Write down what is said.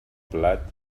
plat